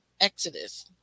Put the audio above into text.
exodus